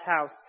house